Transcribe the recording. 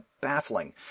baffling